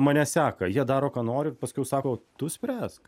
mane seka jie daro ką noriu paskiau sako tu spręsk